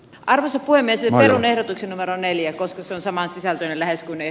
arvoisa puhemies ilmailun ennätyksen varaa neljä koska se on samansisältöinen lähes kun ei